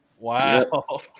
Wow